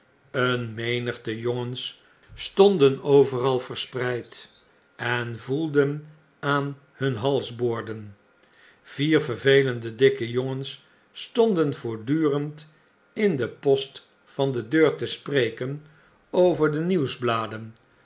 een menigte jongens stonden overal verspreid en voelden aan hun halsboorden yier vervelende dikke jongens stonden voortdurend in den post van de deur te spreken over de